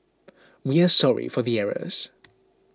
we are sorry for the errors